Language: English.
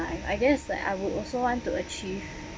I guess like I would also want to achieve